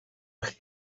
eich